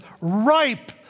ripe